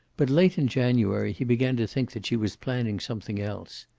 but late in january he began to think that she was planning something else.